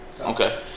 Okay